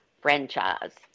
franchise